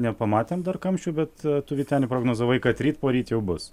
nepamatėm dar kamščių bet tu vyteni prognozavai kad ryt poryt jau bus